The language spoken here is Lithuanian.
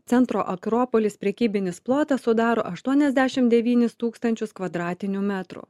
centro akropolis prekybinis plotas sudaro aštuoniasdešim devynis tūkstančius kvadratinių metrų